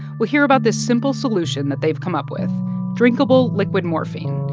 we'll hear about this simple solution that they've come up with drinkable liquid morphine.